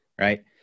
right